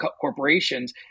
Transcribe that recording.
corporations